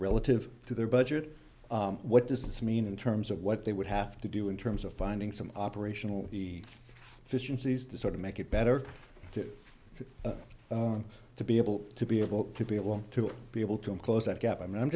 relative to their budget what does this mean in terms of what they would have to do in terms of finding some operational the fissions these to sort of make it better to to be able to be able to be able to be able to close that gap i mean i'm